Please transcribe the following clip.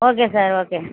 okay sir okay